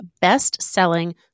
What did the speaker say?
best-selling